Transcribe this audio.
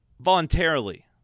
voluntarily